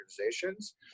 organizations